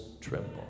tremble